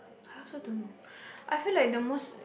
I also don't know I feel like the most